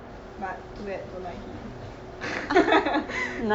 but too bad don't like him